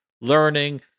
learning